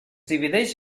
divideix